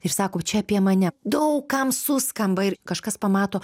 ir sako čia apie mane daug kam suskamba ir kažkas pamato